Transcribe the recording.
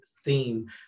theme